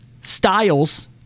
styles